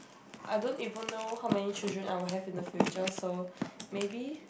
I don't even know how many children I will have in the future so maybe